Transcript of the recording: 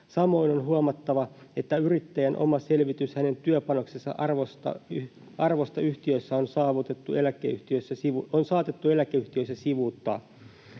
Samoin on huomattava, että yrittäjän oma selvitys hänen työpanoksensa arvosta yhtiössä on saatettu eläkeyhtiöissä sivuuttaa.